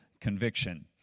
conviction